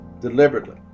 deliberately